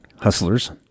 Hustlers